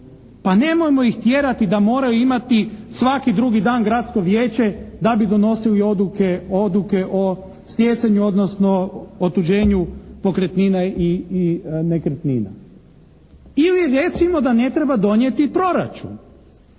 Pa nemojmo ih tjerati da moraju imati svaki drugi dan gradsko vijeće da bi donositi odluke o stjecanju odnosno otuđenju pokretnina i nekretnina. Ili recimo, da ne treba donijeti proračun.